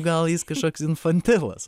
gal jis kažkoks infantilas